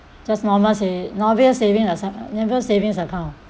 just normal sa~ normal saving as~ normal savings account